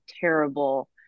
terrible